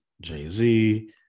Jay-Z